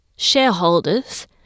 shareholders